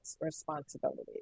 responsibility